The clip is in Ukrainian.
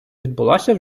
відбулася